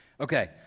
Okay